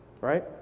Right